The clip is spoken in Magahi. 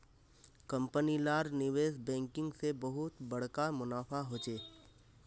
कंपनी लार निवेश बैंकिंग से बहुत बड़का मुनाफा होचे